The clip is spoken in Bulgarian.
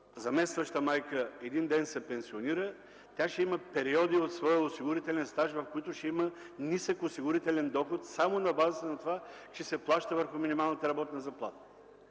заместващата майка един ден се пенсионира, тя ще има периоди в своя осигурителен стаж, в които ще има нисък осигурителен доход само на базата на това, че се плаща върху минималната работна заплата,